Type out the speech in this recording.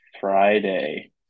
Friday